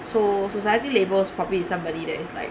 so society labels probably is somebody that is like